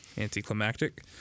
Anticlimactic